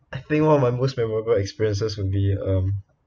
I think one of my most memorable experiences would be um